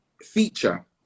feature